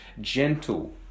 gentle